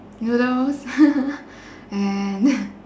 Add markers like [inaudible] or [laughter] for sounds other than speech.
noodles [laughs] and [laughs]